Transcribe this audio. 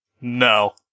No